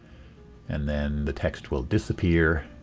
and then the text will disappear